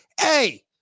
hey